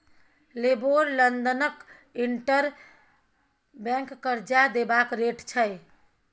LIBOR लंदनक interbank करजा देबाक रेट छै